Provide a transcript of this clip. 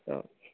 सच्च